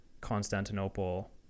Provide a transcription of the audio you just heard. Constantinople